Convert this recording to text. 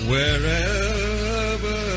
Wherever